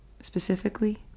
specifically